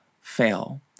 fail